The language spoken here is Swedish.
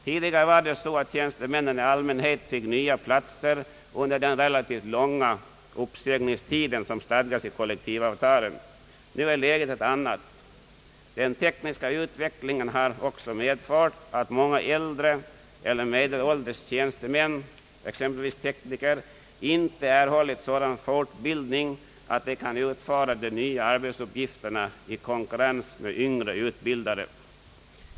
Tidigare fick tjänstemännen i allmänhet nya platser under den relativt långa uppsägningstid som stadgas i kollektivavtalen. Nu är läget ett annat. Den tekniska utvecklingen har också medfört att många äldre eller medelålders tjänstemän, exempelvis tekniker, inte erhållit sådan fortbildning att de kan utföra de nya arbetsuppgifterna i konkurrens med yngre utbildade.